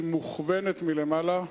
היא מוכוונת מלמעלה.